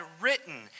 written